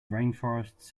rainforests